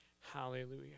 Hallelujah